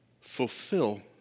fulfill